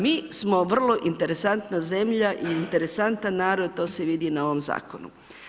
Mi smo vrlo interesantna zemlja i interesantan narod, to se vidi i na ovom zakonu.